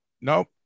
Nope